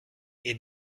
est